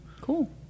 Cool